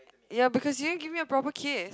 ya because you didn't give me a proper kiss